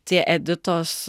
tie editos